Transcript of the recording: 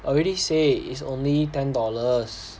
I already say it's only ten dollars